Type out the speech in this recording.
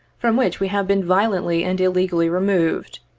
from which we have been violently and illegally removed.